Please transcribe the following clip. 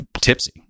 tipsy